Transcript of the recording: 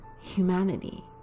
humanity